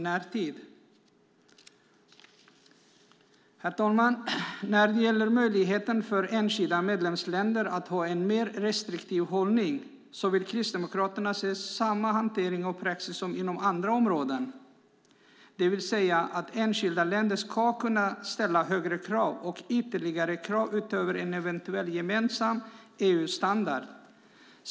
Herr talman! När det gäller möjligheten för enskilda medlemsländer att ha en mer restriktiv hållning vill Kristdemokraterna se samma hantering och praxis som inom andra områden, det vill säga: Enskilda länder ska kunna ställa högre krav och ytterligare krav - utöver en eventuell gemensam EU-standard.